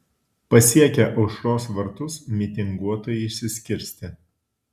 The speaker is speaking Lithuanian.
pasiekę aušros vartus mitinguotojai išsiskirstė